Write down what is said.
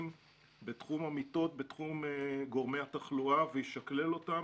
בתחום המיטות ובתחום גורמי התחלואה וישקלל אותם,